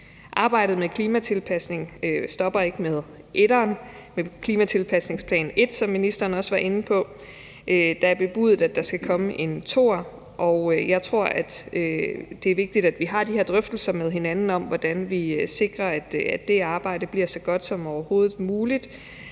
Arbejdet med klimatilpasning stopper ikke med etteren, altså med klimatilpasningsplan 1, som ministeren også var inde på. Det er bebudet, at der skal komme en toer, og jeg tror, at det er vigtigt, at vi har de drøftelser med hinanden om, hvordan vi sikrer, at det arbejde bliver så godt som overhovedet muligt,